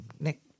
nick